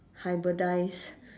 hybridise